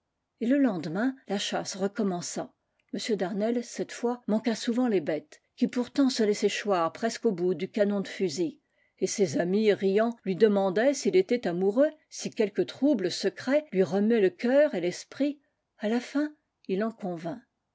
et le lendemain la chasse recommença m d'arneiles cette fois manqua souvent les bêtes qui pourtant se laissaient choir presque au bout du canon de fusil et ses amis riant lui demandaient s'il était amoureux si quelque trouble secret lui remuait le cœur et l'esprit a la fin il en convint